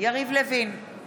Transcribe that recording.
יריב לוין, בעד נעמה